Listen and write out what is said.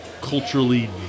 culturally